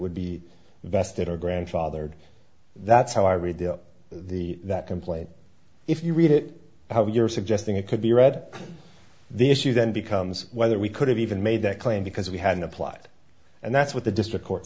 would be vested or grandfathered that's how i read the that complaint if you read it you're suggesting it could be read the issue then becomes whether we could have even made that claim because we hadn't applied and that's what the district court